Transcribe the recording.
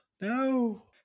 No